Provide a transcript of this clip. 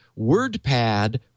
WordPad